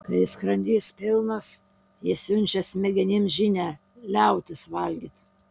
kai skrandis pilnas jis siunčia smegenims žinią liautis valgyti